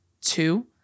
two